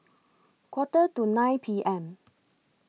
Quarter to nine P M